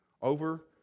over